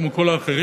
כמו כל האחרים,